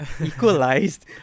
Equalized